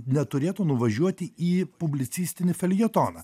neturėtų nuvažiuoti į publicistinį feljetoną